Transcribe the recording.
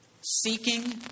Seeking